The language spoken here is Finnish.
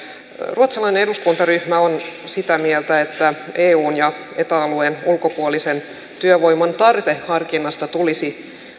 ruotsalainen eduskuntaryhmä on sitä mieltä että eun ja eta alueen ulkopuolisen työvoiman tarveharkinnasta tulisi